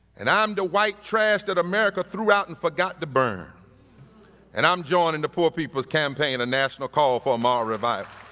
and i'm the white trash that america threw out and forgot to burn and i'm joining the poor people's campaign, a national call for moral revival,